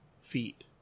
feet